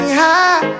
high